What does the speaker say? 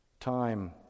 Time